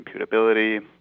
computability